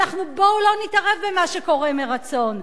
בואו לא נתערב במה שקורה מרצון?